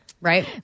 right